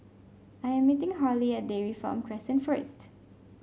I am meeting Harlie at Dairy Farm Crescent first